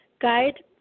Guide